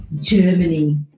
Germany